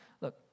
Look